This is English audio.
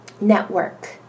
network